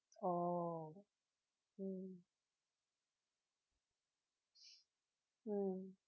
oh mm mm